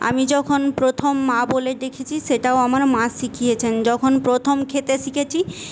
আমি যখন প্রথম মা বলে ডেকেছি সেটাও আমার মা শিখিয়েছেন যখন প্রথম খেতে শিখেছি